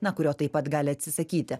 na kurio taip pat gali atsisakyti